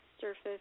surface